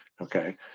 okay